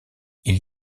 ils